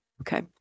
Okay